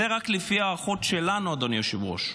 זה רק לפי ההערכות שלנו, אדוני היושב-ראש.